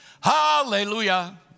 Hallelujah